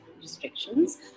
restrictions